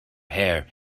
hair